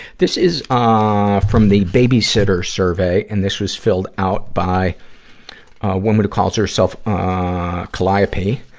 this is, ah, from the babysitter survey, and this was filled out by a woman who calls herself, ah, calliope.